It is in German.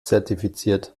zertifiziert